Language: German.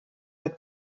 mit